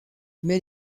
mais